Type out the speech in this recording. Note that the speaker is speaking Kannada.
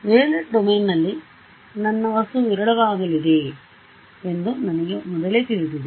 ವೇವ್ಲೆಟ್ ಡೊಮೇನ್ನಲ್ಲಿ ನನ್ನ ವಸ್ತುವು ವಿರಳವಾಗಲಿದೆ ಎಂದು ನನಗೆ ಮೊದಲೇ ತಿಳಿದಿದೆ